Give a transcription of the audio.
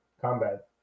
combat